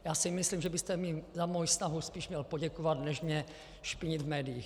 Já si myslím, že byste mi za moji snahu spíš měl poděkovat než mě špinit v médiích.